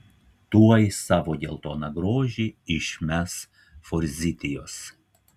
tuoj savo geltoną grožį išmes forzitijos